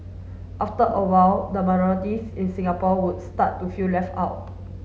after a while the minorities in Singapore would start to feel left out